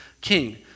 king